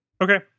Okay